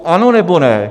Ano, nebo ne?